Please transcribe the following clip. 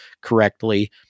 correctly